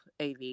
av